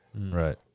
Right